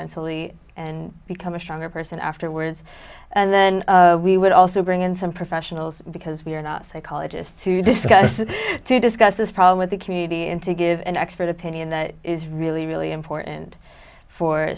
mentally and become a stronger person afterwards and then we would also bring in some professionals because we are not psychologists to discuss to discuss this problem with the community and to give an expert opinion that is really really important for